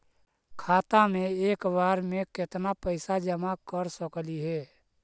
खाता मे एक बार मे केत्ना पैसा जमा कर सकली हे?